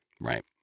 Right